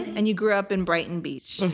and you grew up in brighton beach.